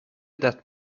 that